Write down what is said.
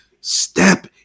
Step